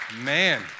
Man